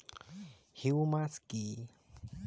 Humus কি?